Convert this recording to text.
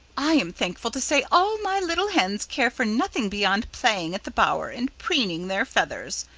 i am thankful to say all my little hens care for nothing beyond playing at the bower and preening their feathers,